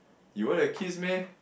you want a kiss meh